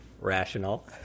Rational